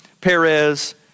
Perez